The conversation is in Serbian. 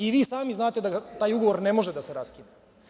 I vi sami znate da taj ugovor ne može da se raskine.